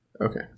Okay